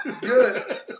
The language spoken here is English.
Good